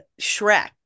Shrek